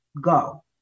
go